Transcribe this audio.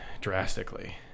drastically